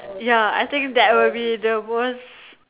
ya I think that would be the most